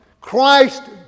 Christ